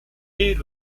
est